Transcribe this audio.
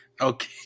okay